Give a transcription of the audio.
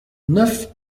neuf